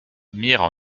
mirent